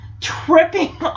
tripping